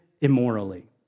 immorally